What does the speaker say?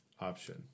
option